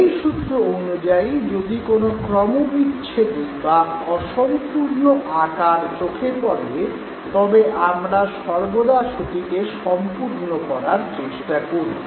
এই সূত্র অনুযায়ী যদি কোনো ক্রমবিচ্ছেদী বা অসম্পূর্ণ আকার চোখে পড়ে তবে আমরা সর্বদা সেটিকে সম্পূর্ণ করার চেষ্টা করি